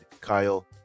Kyle